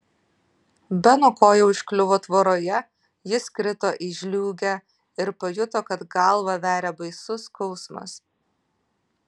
beno koja užkliuvo tvoroje jis krito į žliūgę ir pajuto kad galvą veria baisus skausmas